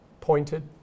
pointed